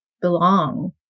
belong